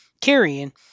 carrying